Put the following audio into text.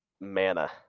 mana